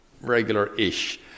regular-ish